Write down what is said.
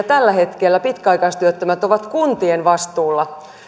tällä hetkellä pitkäaikaistyöttömät ovat kuntien vastuulla